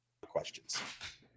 questions